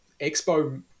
Expo